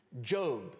Job